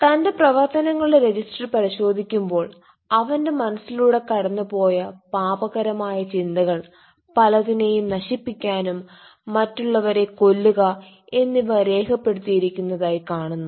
തന്റെ പ്രവർത്തനങ്ങളുടെ രജിസ്റ്റർ പരിശോധിക്കുമ്പോൾ അവന്റെ മസിലൂടെ കടന്നു പോയ പാപകരമായ ചിന്തകൾ പലതിനേയും നശിപ്പിക്കാനും മറ്റുള്ളവരെ കൊല്ലുക എന്നിവ രേഖപെടുത്തിയിരിക്കുന്നതായി കാണുന്നു